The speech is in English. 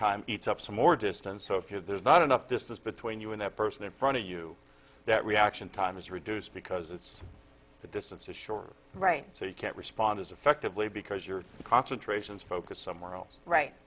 time eats up some more distance so if you're there's not enough distance between you and that person in front of you that reaction time is reduced because it's the distance is shorter right so you can't respond as effectively because your concentration is focused somewhere else right